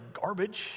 garbage